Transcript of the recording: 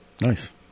Nice